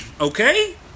Okay